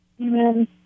Amen